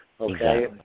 okay